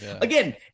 again